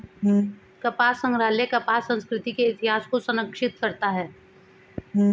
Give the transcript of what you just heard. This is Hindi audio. कपास संग्रहालय कपास संस्कृति के इतिहास को संरक्षित करता है